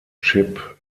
chip